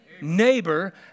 Neighbor